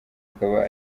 akaba